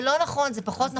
כי זה לא נכון וזה פחות נכון.